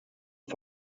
und